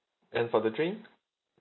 and for the drink